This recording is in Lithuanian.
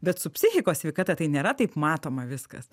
bet su psichikos sveikata tai nėra taip matoma viskas